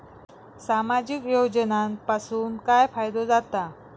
सामाजिक योजनांपासून काय फायदो जाता?